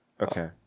Okay